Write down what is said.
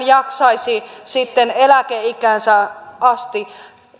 jaksaisi sitten eläkeikäänsä asti